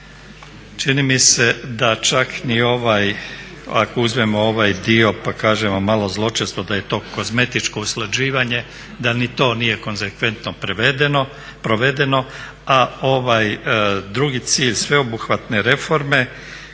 Čini mi se da čak ni ovaj ako uzmemo u ovaj dio pa kažemo malo zločesto da je to kozmetičko usklađivanje da ni to nije konzekventno provedeno, a ovaj drugi cilj sveobuhvatne reforme